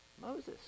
Moses